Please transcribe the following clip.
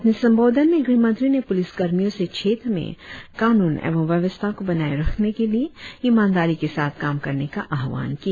अपने संबोंधन में गृहमंत्री ने पुलिस कर्मियों से क्षेत्र मे कानून एवं व्यवस्था को बनाए रखने के लिए ईमानदारी के साथ काम करने का आह्वान किया